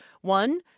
One